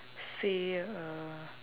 say a